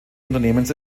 unternehmens